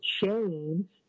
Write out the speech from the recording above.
change